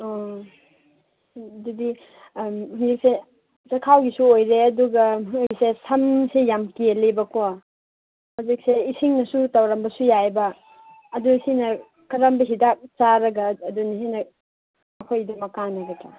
ꯎꯝ ꯑꯗꯨꯗꯤ ꯑꯥ ꯍꯧꯖꯤꯛꯁꯦ ꯆꯥꯛꯈꯥꯎꯒꯤꯁꯨ ꯑꯣꯏꯔꯦ ꯑꯗꯨꯒ ꯅꯣꯏꯒꯤꯁꯦ ꯁꯝꯁꯦ ꯌꯥꯝ ꯀꯦꯜꯂꯤꯕꯀꯣ ꯍꯧꯖꯤꯛꯁꯦ ꯏꯁꯤꯡꯅꯁꯨ ꯇꯧꯔꯝꯕꯁꯨ ꯌꯥꯏꯕ ꯑꯗꯨ ꯁꯤꯅ ꯀꯔꯝꯕ ꯍꯤꯗꯥꯛ ꯆꯥꯔꯒ ꯑꯗꯨꯅ ꯍꯦꯟꯅ ꯑꯩꯈꯣꯏꯒꯤꯗꯃꯛ ꯀꯥꯟꯅꯒꯗ꯭ꯔꯥ